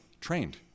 trained